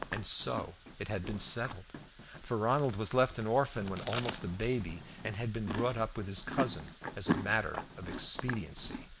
and so it had been settled for ronald was left an orphan when almost a baby, and had been brought up with his cousin as a matter of expediency.